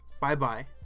Bye-bye